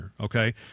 okay